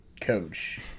coach